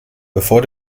bevor